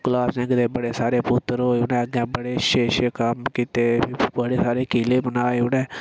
गुलाब सिंह दे बड़े सारे पुत्तर होए उ'नें अग्गें बड़े अच्छे अच्छे कम्म कीते बड़े सारे किले बनाए उ'नें